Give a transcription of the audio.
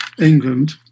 England